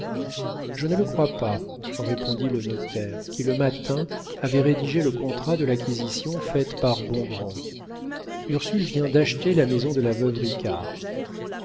je ne le crois pas répondit le notaire qui le matin avait rédigé le contrat de l'acquisition faite par bongrand ursule vient d'acheter la maison de la veuve